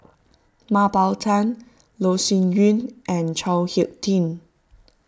Mah Bow Tan Loh Sin Yun and Chao Hick Tin